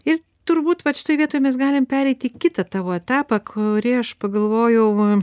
ir turbūt vat šitoj vietoj mes galim pereiti į kitą tavo etapą kurį aš pagalvojau va